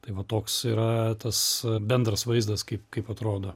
tai va toks yra tas bendras vaizdas kaip kaip atrodo